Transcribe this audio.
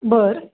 बरं